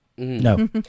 No